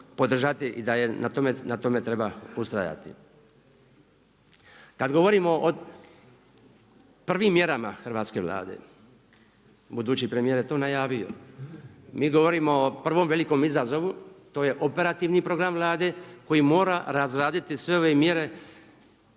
i da na tome treba ustrajati. Kada govorimo o prvim mjerama hrvatske Vlade, budući premijer je tu najavio, mi govorimo o prvom velikom izazovu to je operativni program Vlade koji mora razraditi sve ove mjere